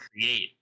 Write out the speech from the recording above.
create